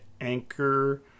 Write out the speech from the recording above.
anchor